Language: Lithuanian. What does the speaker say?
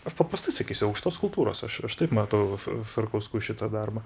aš paprastai sakysiu aukštos kultūros aš aš taip matau ša šarkauskų šitą darbą